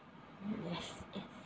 yes yes